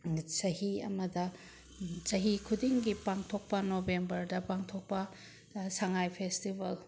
ꯆꯍꯤ ꯑꯃꯗ ꯆꯍꯤ ꯈꯨꯗꯤꯡꯒꯤ ꯄꯥꯡꯊꯣꯛꯄ ꯅꯣꯚꯦꯝꯕꯔꯗ ꯄꯥꯡꯊꯣꯛꯄ ꯁꯉꯥꯏ ꯐꯦꯁꯇꯤꯚꯦꯜ